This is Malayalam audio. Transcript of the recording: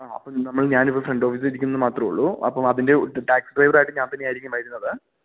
ആണോ അപ്പോള് നമ്മൾ ഞാൻ ഇപ്പം ഫ്രണ്ട് ഓഫീസിൽ ഇരിക്കുന്നുവെന്ന് മാത്രമേയുള്ളൂ അപ്പോള് അതിൻ്റെ ടാക്സി ഡ്രൈവറായിട്ട് ഞാൻ തന്നെയായിരിക്കും വരുന്നത്